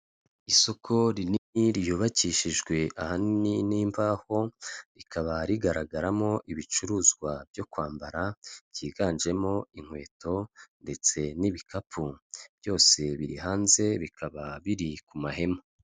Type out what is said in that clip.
Isoko rinini ryubakishijwe ahanini n'imbaho, rikaba rigaragaramo ibicuruzwa byo kwambara, byiganjemo inkweto ndetse n'ibikapu, byose biri hanze bikaba biri ku mahema.